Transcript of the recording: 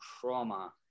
trauma